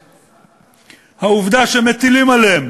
העובדה שמטילים עליהם